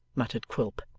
muttered quilp.